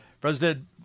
President